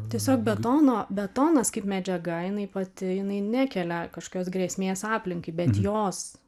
tiesiog betono betonas kaip medžiaga jinai pati jinai nekelia kažkokios grėsmės aplinkai bet jos